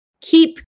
keep